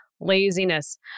laziness